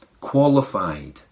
qualified